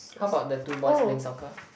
how about the two boys playing soccer